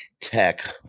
tech